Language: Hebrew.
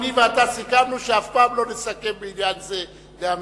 אני ואתה סיכמנו שאף פעם לא נסכם בעניין זה דעה משותפת.